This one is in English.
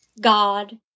God